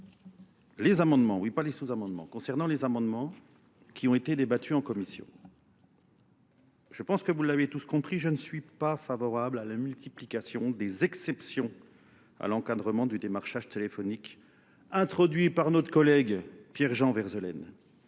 concernant les amendements qui ont été débattus en commission. Je pense que vous l'avez tous compris, je ne suis pas favorable à la multiplication des exceptions à l'encadrement du démarchage téléphonique introduit par notre collègue Pierre-Jean Verzelaine.